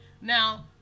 Now